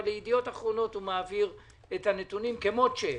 אבל לידיעות אחרונות הוא מעביר את הנתונים כמו שהם.